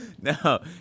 No